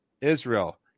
Israel